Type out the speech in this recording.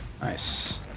Nice